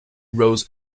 rose